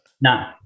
No